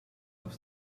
have